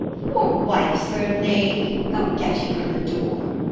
your wife, sir knave! go get you from the door.